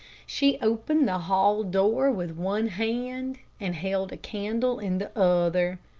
she opened the hall door with one hand and held a candle in the other.